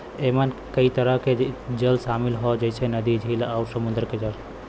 एमन कई तरह के जल शामिल हौ जइसे नदी, झील आउर समुंदर के जल